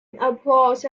applause